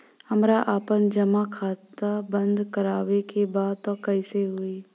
हमरा आपन जमा खाता बंद करवावे के बा त कैसे होई?